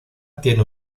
tiene